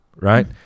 right